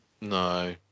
No